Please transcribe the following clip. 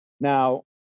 Now